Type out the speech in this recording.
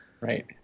Right